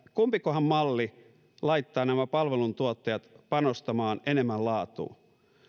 kumpikohan malli laittaa palveluntuottajat panostamaan enemmän laatuun